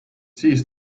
siis